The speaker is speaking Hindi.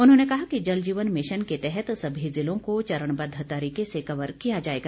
उन्होंने कहा कि जल जीवन मिशन के तहत सभी ज़िलों को चरणबद्ध तरीके से कवर किया जाएगा